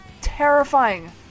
terrifying